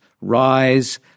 Rise